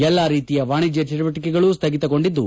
ಎಲ್ಲಾ ರೀತಿಯ ವಾಣಿಜ್ಯ ಚಟುವಟಕೆಗಳು ಸ್ವಗಿತಗೊಂಡಿದ್ದು